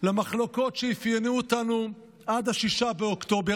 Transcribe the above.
למחלוקות שאפיינו אותנו עד 6 באוקטובר.